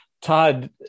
Todd